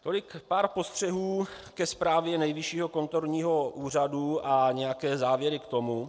Tolik pár postřehů ke zprávě Nejvyššího kontrolního úřadu a nějaké závěry k tomu.